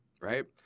right